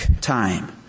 time